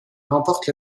remporte